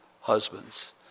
husbands